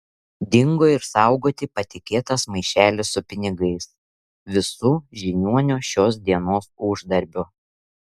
dingo ir saugoti patikėtas maišelis su pinigais visu žiniuonio šios dienos uždarbiu